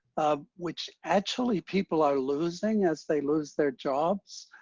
um which actually people are losing as they lose their jobs.